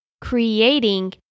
creating